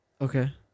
Okay